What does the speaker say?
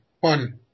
one